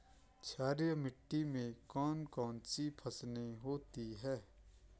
क्षारीय मिट्टी में कौन कौन सी फसलें होती हैं?